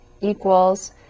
equals